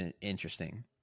interesting